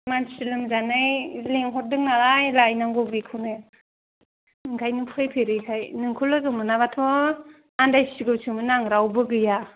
मानसि लोमजानाय लिंहरदों नालाय लायनांगौ बेखौनो ओंखायनो फैफेरैखाय नोंखौ लोगो मोनाबाथ' आनदायसिगौसोमोन आं रावबो गैया